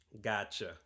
Gotcha